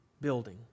building